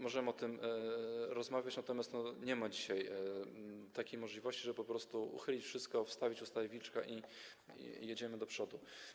Możemy o tym rozmawiać, natomiast nie ma dzisiaj takiej możliwości, żeby po prostu uchylić wszystko, wstawić ustawę Wilczka i jechać do przodu.